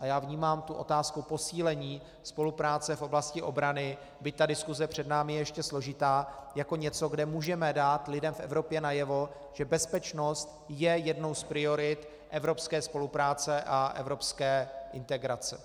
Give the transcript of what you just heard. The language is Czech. A já vnímám tu otázku posílení spolupráce v oblasti obrany, byť ta diskuse před námi je ještě složitá, jako něco, kde můžeme dát lidem v Evropě najevo, že bezpečnost je jednou z priorit evropské spolupráce a evropské integrace.